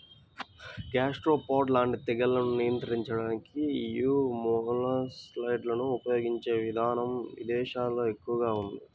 gastropod లాంటి తెగుళ్లను నియంత్రించడానికి యీ మొలస్సైడ్లను ఉపయిగించే ఇదానం ఇదేశాల్లో ఎక్కువగా ఉంది